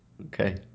Okay